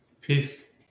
peace